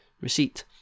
Receipt